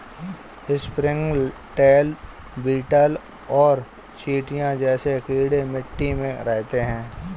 springtail, beetle और चींटियां जैसे कीड़े मिट्टी में रहते हैं